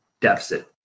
deficit